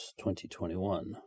2021